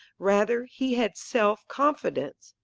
rather he had self-confidence.